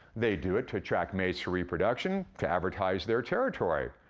they do it to attract mates for reproduction, to advertise their territory.